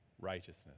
righteousness